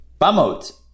Bamot